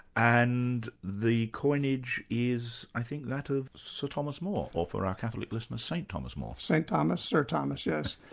and the coinage is i think that of sir so thomas moore or for our catholic listeners saint thomas moore. saint thomas, sir thomas yes,